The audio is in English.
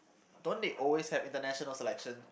don't they always have international selection